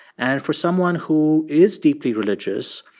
and for someone who is deeply religious,